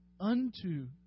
unto